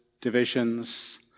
divisions